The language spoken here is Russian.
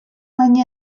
они